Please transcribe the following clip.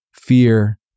fear